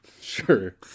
Sure